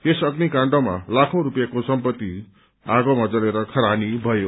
यस अभ्निकाण्डमा ताखौं रुपियाँको सम्पत्ति आगोमा जलेर खरानी भयो